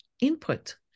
input